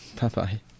Bye-bye